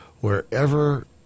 wherever